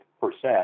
percent